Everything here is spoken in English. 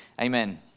Amen